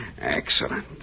Excellent